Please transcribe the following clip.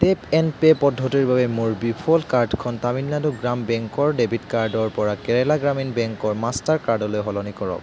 tap and pay পদ্ধতিৰ বাবে মোৰ ডিফ'ল্ট কাৰ্ডখন তামিলনাডু গ্ৰাম বেংকৰ ডেবিট কাৰ্ডৰ পৰা কেৰেলা গ্ৰামীণ বেংকৰ মাষ্টাৰ কাৰ্ডলৈ সলনি কৰক